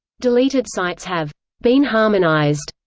deleted sites have been harmonized,